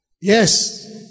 Yes